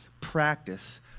practice